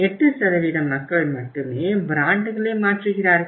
8 மக்கள் மட்டுமே பிராண்டுகளை மாற்றுகிறார்கள்